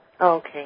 Okay